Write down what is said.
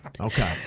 Okay